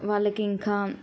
వాళ్ళకి ఇంకా